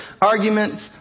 arguments